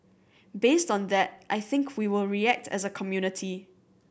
based on that I think we will react as a community